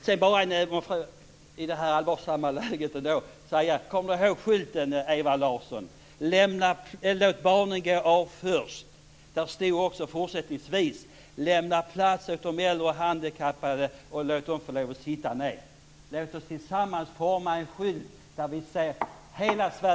Låt mig i detta allvarsamma läge påminna om skylten, Ewa Larsson: Låt barnen gå av först. Där kommer fortsättningsvis också att stå: Lämna plats åt äldre och handikappade och låt dem få sitta ned. Låt oss tillsammans forma en skylt där det står: